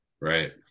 right